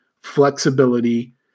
flexibility